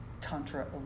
Tantra